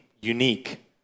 unique